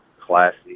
classy